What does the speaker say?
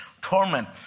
torment